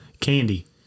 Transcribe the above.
candy